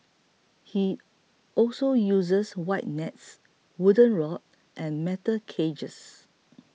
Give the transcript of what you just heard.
he also uses wide nets wooden rod and metal cages